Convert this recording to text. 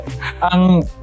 Ang